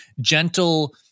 gentle